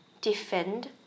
defend